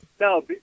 No